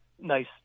nice